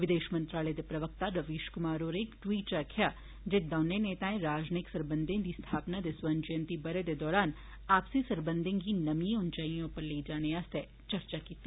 विदेश मंत्रालय दे प्रवक्ता रवीश कुमार होरें इक ट्वीट च आक्खेआ जे दोनें नेताएं राजयिक सरबंधे दी स्थापना दे स्वर्ण जयंति बंरे दे दरान आपसी सरबंधे गी नमिए उच्चिए उप्पर लेई जाने आस्तै चर्चा कीती